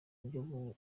buryo